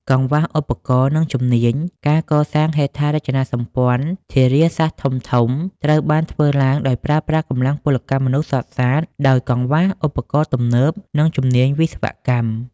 កង្វះឧបករណ៍ និងជំនាញ ការកសាងហេដ្ឋារចនាសម្ព័ន្ធធារាសាស្ត្រធំៗ ត្រូវបានធ្វើឡើងដោយប្រើប្រាស់កម្លាំងពលកម្មមនុស្សសុទ្ធសាធ ដោយកង្វះឧបករណ៍ទំនើប និងជំនាញវិស្វកម្ម។